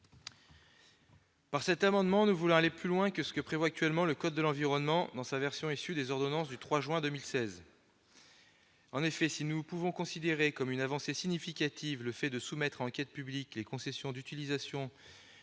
Avec cet amendement, nous voulons aller plus loin que ce que dispose le code de l'environnement dans sa version issue des ordonnances du 3 août 2016. En effet, si nous pouvons considérer comme une avancée significative le fait de soumettre à enquête publique les concessions d'utilisation